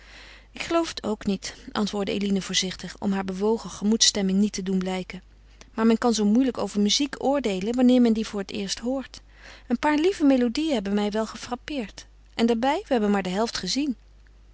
ik geloof het ook niet antwoordde eline voorzichtig om haar bewogen gemoedsstemming niet te doen blijken maar men kan zoo moeilijk over muziek oordeelen wanneer men die voor het eerst hoort een paar lieve melodieën hebben mij wel gefrappeerd en daarbij we hebben maar de helft gezien